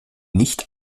nicht